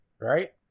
Right